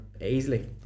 easily